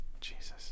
Jesus